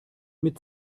mit